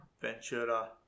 Ventura